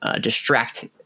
distract